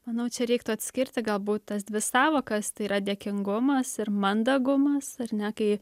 manau čia reiktų atskirti galbūt tas dvi sąvokas tai yra dėkingumas ir mandagumas ar ne kai